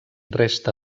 resta